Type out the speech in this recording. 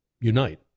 unite